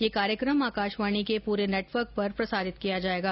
ये कार्यक्रम आकाशवाणी के पूरे नेटवर्क पर प्रसारित किया जाएगा